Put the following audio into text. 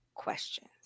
questions